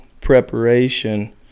preparation